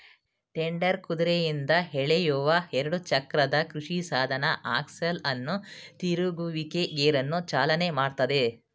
tedder ಕುದುರೆಯಿಂದ ಎಳೆಯುವ ಎರಡು ಚಕ್ರದ ಕೃಷಿಸಾಧನ ಆಕ್ಸೆಲ್ ಅನ್ನು ತಿರುಗುವಿಕೆ ಗೇರನ್ನು ಚಾಲನೆ ಮಾಡ್ತದೆ